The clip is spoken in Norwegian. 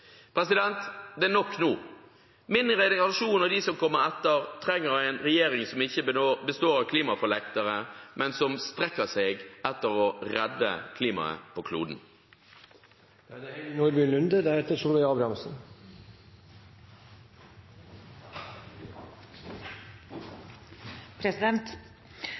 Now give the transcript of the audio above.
Det er nok nå. Min generasjon og de som kommer etter, trenger en regjering som ikke består av klimafornektere, men som strekker seg etter å redde klimaet på